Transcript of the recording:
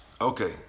Okay